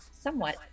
somewhat